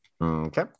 Okay